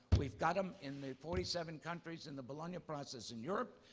we've got them in the forty seven countries in the bolonga process in europe,